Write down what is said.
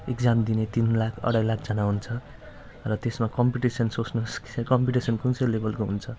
exam दिने तिन लाख अढाई लाखजना हुन्छ र त्यसमा कम्पिटिसन सोच्नुहोस् कम्पिटिसन कुन चाहिँ लेबलको हुन्छ